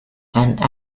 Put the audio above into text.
and